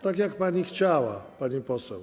Tak jak pani chciała, pani poseł.